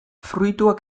fruituak